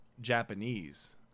Japanese